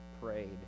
prayed